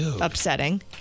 upsetting